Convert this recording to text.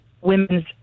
women's